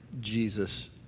Jesus